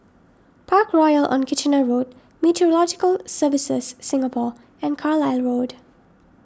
Parkroyal on Kitchener Road Meteorological Services Singapore and Carlisle Road